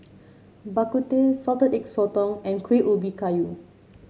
Bak Kut Teh Salted Egg Sotong and Kuih Ubi Kayu